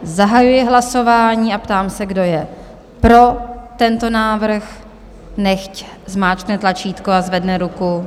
Zahajuji hlasování a ptám se, kdo je pro tento návrh, nechť zmáčkne tlačítko a zvedne ruku.